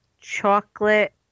chocolate